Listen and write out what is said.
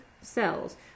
cells